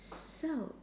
so